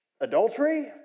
adultery